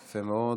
יפה מאוד.